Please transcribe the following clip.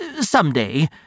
someday